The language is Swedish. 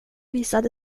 visade